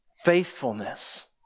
faithfulness